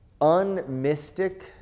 Unmystic